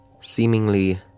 seemingly